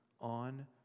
on